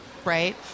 Right